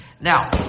Now